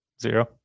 zero